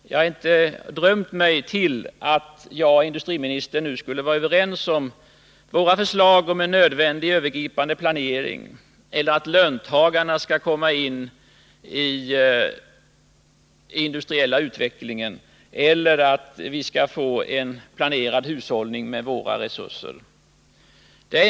Jag har inte drömt om att jag och industriministern nu skulle vara överens om våra förslag om en nödvändig övergripande planering, om att löntagarna skall vara med i den industriella utvecklingen eller att vi skall få en bättre hushållning med våra resurser.